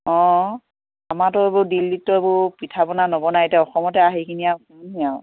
অঁ আমাৰতো এইবোৰ দিল্লীততো এইবোৰ পিঠা পনা নবনায় এতিয়া অসমতে আহি কিনি আৰু খামহি আৰু